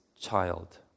child